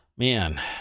Man